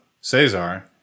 Cesar